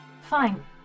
Fine